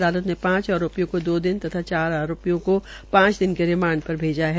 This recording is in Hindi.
अदालत ने पांच आरोपियों को दो दिन तथा चार आरोपियों को पांच दिन के रिमांड पर भेजा है